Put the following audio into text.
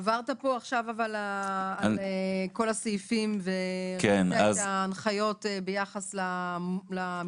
עברת פה עכשיו על כל הסעיפים וההנחיות ביחס למסגרות?